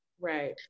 Right